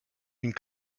une